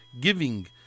giving